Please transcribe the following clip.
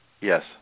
Yes